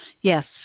Yes